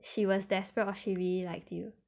she was desperate or she really liked you